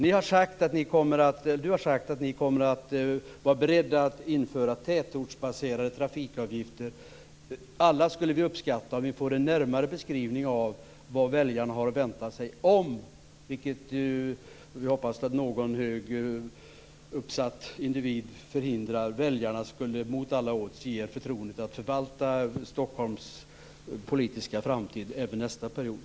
Ni har sagt, eller Hans Stenberg har sagt, att ni kommer att vara beredda att införa tätortsbaserade trafikavgifter. Vi skulle alla uppskatta om vi fick en närmare beskrivning av vad väljarna har att vänta sig om de mot alla odds - vi får väl hoppas att någon högt uppsatt individ förhindrar detta - skulle ge er förtroendet att förvalta Stockholms politiska framtid även nästa period.